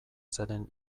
zaren